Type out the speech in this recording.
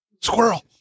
Squirrel